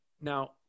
now